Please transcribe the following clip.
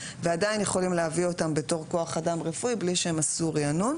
ועדין יכולים להביא אותם ככוח אדם רפואי בלי שהם עשו ריענון?